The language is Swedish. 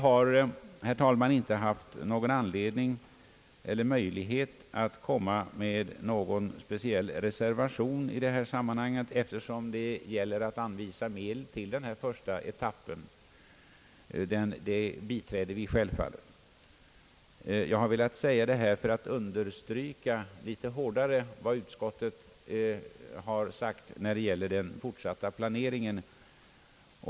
Jag har inte haft möjlighet att kom ma med någon speciell reservation i det här sammanhanget, eftersom det gäller att anvisa medel till den första etappen. Självfallet biträder jag utskottsmajoriteten på den punkten. Emellertid har jag velat säga det här för att understryka lite hårdare vad utskottet sagt angående den fortsatta planeringen.